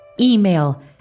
email